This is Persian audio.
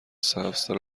سبزتر